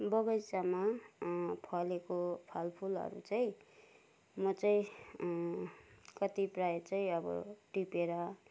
बगैँचामा फलको फलफुलहरू चाहिँ म चाहिँ कतिपय चाहिँ अब टिपेर